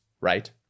Right